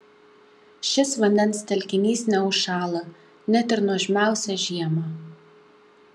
šis vandens telkinys neužšąla net ir nuožmiausią žiemą